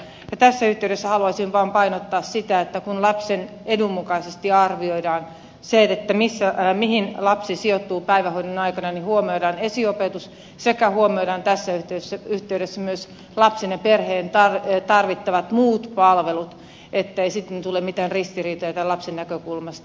ja tässä yhteydessä haluaisin vain painottaa sitä että kun lapsen edun mukaisesti arvioidaan se mihin lapsi sijoittuu päivähoidon aikana niin huomioidaan esiopetus sekä huomioidaan tässä yhteydessä myös lapsen ja perheen tarvittavat muut palvelut ettei sitten tule mitään ristiriitoja tämän lapsen näkökulmasta